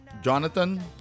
Jonathan